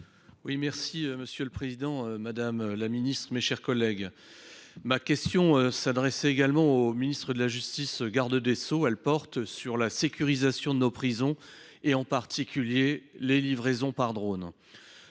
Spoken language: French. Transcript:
Monsieur le président, madame la ministre, mes chers collègues, ma question s’adressait au ministre de la justice, garde des sceaux. Elle porte sur la sécurisation de nos prisons, en particulier sur les livraisons par drone.